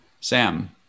Sam